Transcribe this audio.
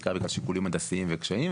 בעיקר בגלל שיקולים הנדסיים וקשיים,